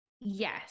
yes